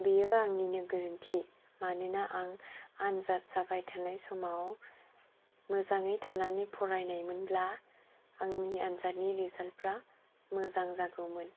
बियो आंनिनो गोरोन्थि मानोना आं आनजाद जाबाय थानाय समाव मोजाङै थाना फरायनाय मोनब्ला आंनि आनजादनि रिजाल्ट फ्रा मोजां जागौमोन